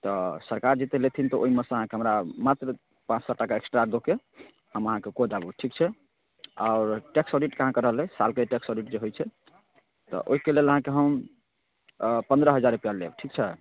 तऽ सरकार जतेक लेथिन तऽ ओहिमेसँ अहाँके हमरा मात्र पाँच सओ टाका एक्स्ट्रा दऽ कऽ हम अहाँके कऽ देब ओ ठीक छै आओर टैक्स ऑडिट अहाँके कटल एहि सालके टैक्स ऑडिट जे होइ छै तऽ ओहिके लेल अहाँके हम अँ पनरह हजार रुपैआ लेब ठीक छै